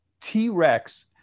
T-Rex